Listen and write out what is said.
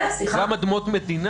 כן.